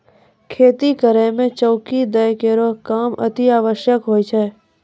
खेती करै म चौकी दै केरो काम अतिआवश्यक होय छै